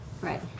right